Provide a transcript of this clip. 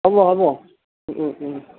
হ'ব হ'ব